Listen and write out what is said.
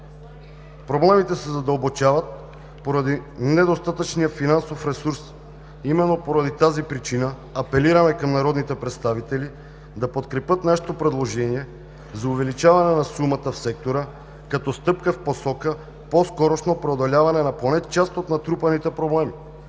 Проблемите се задълбочават поради недостатъчния финансов ресурс. Именно поради тази причина апелираме към народните представители да подкрепят нашето предложение за увеличаване на сумата в сектора като стъпка в посока на по-скорошно преодоляване на поне част от натрупаните проблеми,